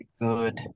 good